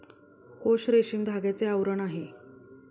कोश रेशमी धाग्याचे आवरण आहे